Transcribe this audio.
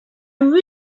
really